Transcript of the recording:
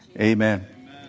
Amen